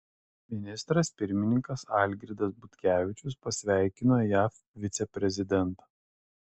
ministras pirmininkas algirdas butkevičius pasveikino jav viceprezidentą